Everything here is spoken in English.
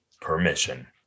permission